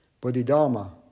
Bodhidharma